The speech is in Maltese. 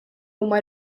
huma